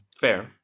Fair